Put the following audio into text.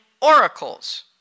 oracles